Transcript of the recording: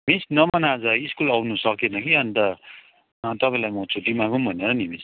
miss Naman आज school आउनु सकेन कि अनि त तपाईँलाई म छुट्टी मागौँ भनेर नि मिस